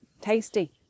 tasty